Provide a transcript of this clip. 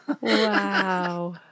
Wow